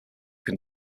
can